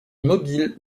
mobile